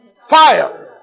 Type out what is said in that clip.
fire